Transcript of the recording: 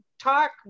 talk